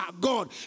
God